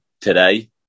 today